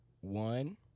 one